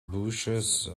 bushes